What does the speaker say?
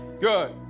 Good